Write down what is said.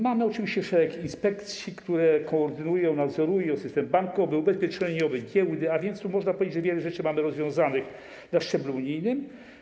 Mamy oczywiście szereg inspekcji, które koordynują, nadzorują system bankowy, ubezpieczeniowy, giełdy, a więc można powiedzieć, że wiele rzeczy mamy rozwiązanych na szczeblu unijnym.